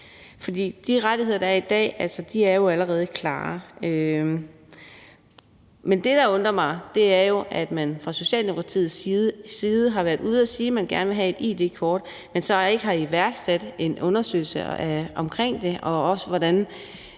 For de rettigheder, der er i dag, er jo altså allerede klare. Men det, der undrer mig, er jo, at man fra Socialdemokratiets side har været ude at sige, at man gerne vil have et id-kort, men så ikke har iværksat en undersøgelse omkring det, eller